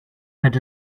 had